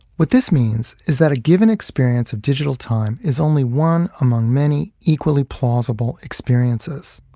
what this means is that a given experience of digital time is only one among many equally plausible experiences.